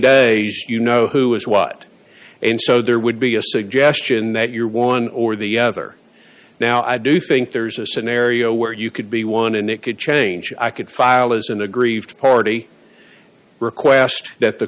days you know who is what and so there would be a suggestion that you're one or the other now i do think there's a scenario where you could be one and it could change i could file as an aggrieved party request that the